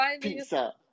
pizza